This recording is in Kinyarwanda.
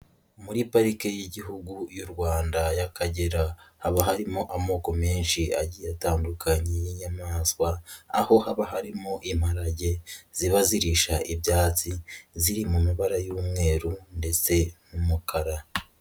Muri parike y'igihugu y'u Rwanda y'Akagera haba harimo amoko menshi agiye atandukanya y'nyamaswa, aho haba harimo imparage ziba zirisha ibyatsi ziri mu mabara y'umweru ndetse n'umukara.